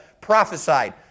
Prophesied